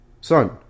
Son